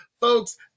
folks